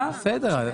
בסדר.